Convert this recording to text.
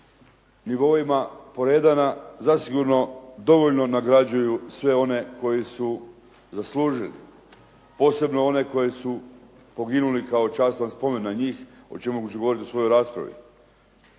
nivoima poredana zasigurno dovoljno nagrađuju sve one koji su zaslužili. Posebno one koji su poginuli kao časna spomen na njih o čemu ću govoriti u svojoj raspravi.